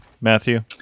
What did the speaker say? Matthew